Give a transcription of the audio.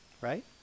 right